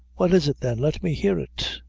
what is it then let me hear it.